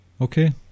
Okay